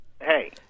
Hey